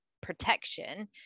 protection